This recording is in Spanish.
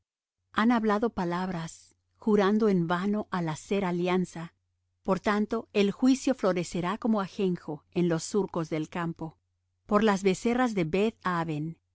han hablado palabras jurando en vano al hacer alianza por tanto el juicio florecerá como ajenjo en los surcos del campo por las becerras de